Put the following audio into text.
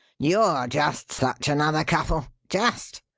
you're just such another couple. just!